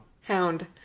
Hound